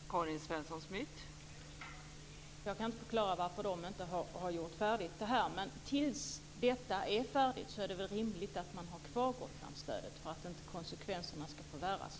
Fru talman! Jag ingår inte i regeringen, så jag kan inte förklara varför man inte har gjort det färdigt. Fram till dess att det är färdigt är det väl rimligt att man har kvar Gotlandsstödet, så att konsekvenserna inte förvärras?